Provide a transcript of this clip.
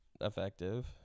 effective